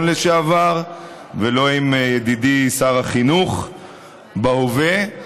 לשעבר ולא עם ידידי שר החינוך בהווה.